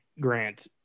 Grant